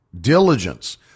Diligence